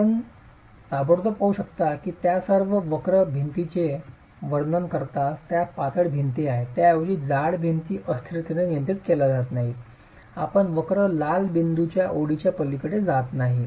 आणि आपण ताबडतोब पाहू शकता की त्या सर्व वक्र भिंतींचे वर्णन करतात ज्यात पातळ भिंती आहेत त्याऐवजी जाड भिंती अस्थिरतेने नियंत्रित केल्या जात नाहीत आपण वक्र लाल बिंदूच्या ओळीच्या पलीकडे जात नाही